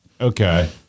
Okay